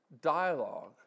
dialogue